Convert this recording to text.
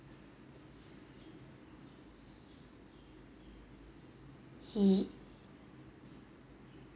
!ee!